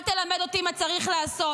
אל תלמד אותי מה צריך לעשות.